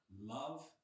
Love